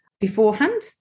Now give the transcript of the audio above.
beforehand